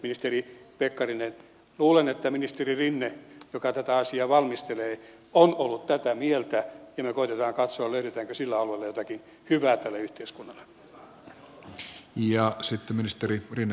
edustaja pekkarinen luulen että ministeri rinne joka tätä asiaa valmistelee on ollut tätä mieltä ja me koetamme katsoa löydetäänkö sillä alueella jotakin hyvää tälle yhteiskunnalle